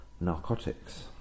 narcotics